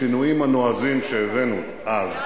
השינויים הנועזים שהבאנו אז,